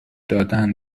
دادن